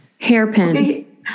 Hairpin